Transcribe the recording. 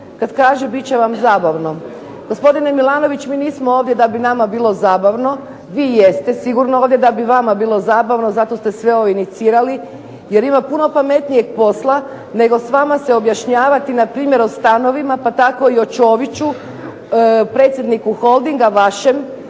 kada kaže bit će vam zabavno. Gospodine Milanović mi nismo ovdje da bi nama bilo zabavno. Vi jeste sigurno ovdje da bi vama bilo zabavno, zato ste sve ovo inicirali, jer ima puno pametnijeg posla, nego s vama se objašnjavati npr. o stanovima pa tako i o Čoviću predsjedniku Holdinga vašem